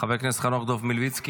חבר הכנסת חנוך דב מלביצקי,